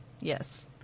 Yes